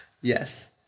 Yes